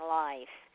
life